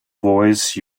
voice